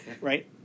right